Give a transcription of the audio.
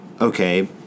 okay